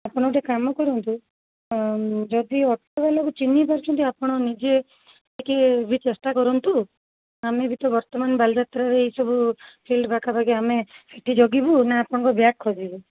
ଆପଣ ଗୋଟେ କାମ କରନ୍ତୁ ଯଦି ଅଟୋ ବାଲାକୁ ଚିହ୍ନି ପାରୁଛନ୍ତି ଆପଣ ନିଜେ ଟିକେ ବି ଚେଷ୍ଟା କରନ୍ତୁ ଆମେ ବି ତ ବର୍ତ୍ତମାନ ବାଲିଯାତ୍ରାରେ ଏଇ ସବୁ ଫିଲ୍ଡ ପାଖାପାଖି ଆମେ ସେଠି ଜଗିବୁ ନା ଆପଣଙ୍କ ବ୍ୟାଗ୍ ଖୋଜିବୁ